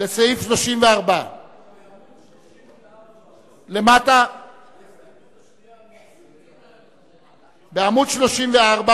עמוד 34. בעמוד 34,